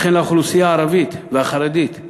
וכן לאוכלוסייה החרדית והערבית,